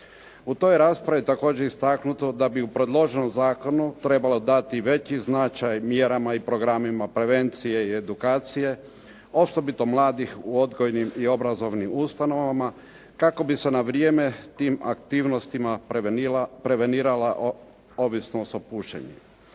U toj raspravi je također istaknuto da bi u predloženom zakonu trebalo dati veći značaj mjerama i programima prevencije i edukacije, osobito mladih u odgojno i obrazovnim ustanovama kako bi se na vrijeme tim aktivnostima prevenirala ovisnost o pušenju.